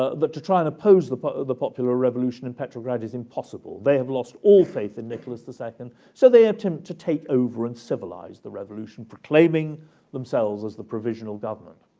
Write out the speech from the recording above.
ah to try and oppose the but the popular revolution in petrograd is impossible. they have lost all faith in nicholas the second, so they attempt to take over and civilize the revolution, proclaiming themselves as the provisional government.